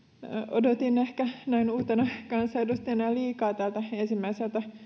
odotin ehkä näin uutena kansanedustajan liikaa tältä ensimmäiseltä